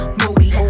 moody